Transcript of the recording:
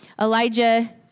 Elijah